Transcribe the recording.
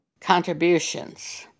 contributions